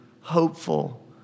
hopeful